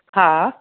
हा